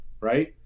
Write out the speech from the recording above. right